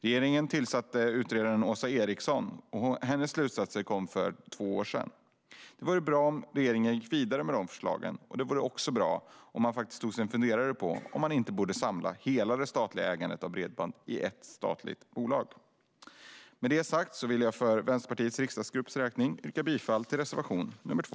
Regeringen tillsatte utredaren Åsa Torstensson, vars slutsatser kom för två år sedan. Det vore bra om regeringen gick vidare med dessa förslag. Det vore också bra om man tog sig en funderare på om man inte borde samla hela det statliga ägandet av bredband i ett statligt bolag. Jag vill för Vänsterpartiets riksdagsgrupps räkning yrka bifall till reservation 2.